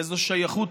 איזו שייכות